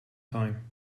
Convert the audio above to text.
time